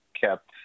kept